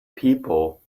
people